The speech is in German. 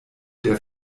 der